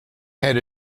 had